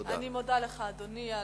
אני מודה לך, אדוני.